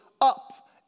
up